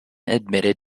admitted